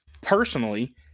personally